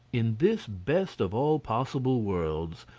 in this best of all possible worlds,